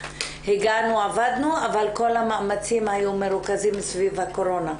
הגענו ועבדנו אבל כל המאמצים היו מרוכזים סביב הקורונה.